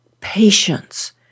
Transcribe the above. patience